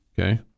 Okay